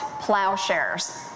plowshares